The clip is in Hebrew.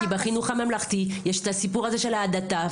כי בחינוך הממלכתי יש את הסיפור של ההדתה,